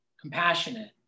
compassionate